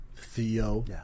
Theo